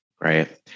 Right